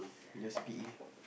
just P_E ah